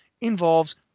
involves